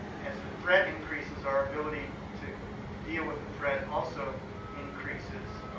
as the threat increases, our ability to deal with the threat also increases.